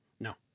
No